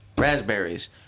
Raspberries